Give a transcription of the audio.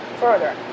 further